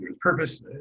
purpose